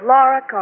Laura